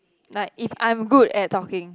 like if I'm good at talking